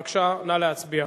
בבקשה, נא להצביע.